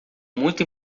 muito